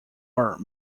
are